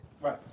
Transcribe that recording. Right